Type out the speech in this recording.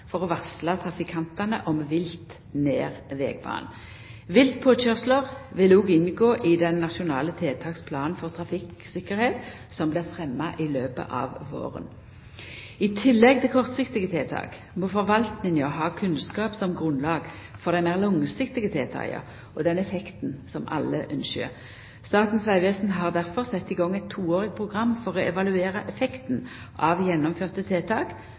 for å varsla trafikantane om vilt nær vegbanen. Viltpåkøyrsler vil òg inngå i den nasjonale tiltaksplanen for trafikktryggleik, som blir fremja i løpet av våren. I tillegg til kortsiktige tiltak må forvaltninga ha kunnskap som grunnlag for dei meir langsiktige tiltaka og den effekten som alle ynskjer. Statens vegvesen har difor sett i gang eit toårig program for å evaluera effekten av gjennomførte